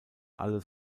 alle